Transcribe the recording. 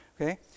Okay